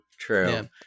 True